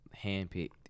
Handpicked